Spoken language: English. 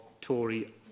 Tory